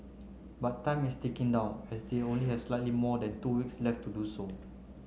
but time is ticking down as they only have slightly more than two weeks left to do so